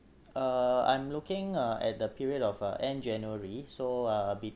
uh I'm looking uh at the period of uh end january so uh